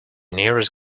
nearest